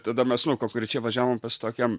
tada mes nu konkrečiai važiavom pas tokią